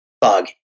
bug